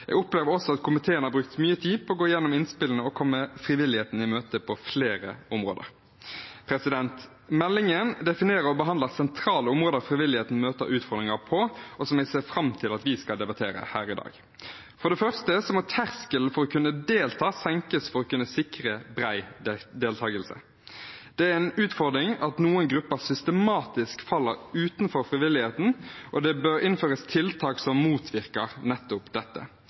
Jeg opplever også at komiteen har brukt mye tid på å gå igjennom innspillene og komme frivilligheten i møte på flere områder. Meldingen definerer og behandler sentrale områder frivilligheten møter utfordringer på, og som jeg ser fram til at vi skal debattere her i dag. For det første må terskelen for å kunne delta senkes for å kunne sikre bred deltakelse. Det er en utfordring at noen grupper systematisk faller utenfor frivilligheten, og det bør innføres tiltak som motvirker nettopp dette.